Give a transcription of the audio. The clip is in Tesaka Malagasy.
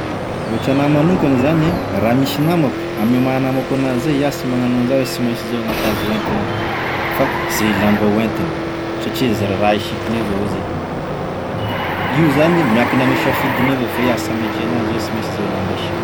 Ohatra anahy manokagny zany e, raha misy namako, amin'ny maha namako an'azy zay, iaho sy magnano an'izao hoe sy mainsy zao gn'akanzo entinao fa ze lamba hoentiny, satria ze raha isikiny avao izy zay, da io zany miankina ame safidiny avao fa iaho sy hametry en'azy hoe sy mainsy zao lamba hisikinao.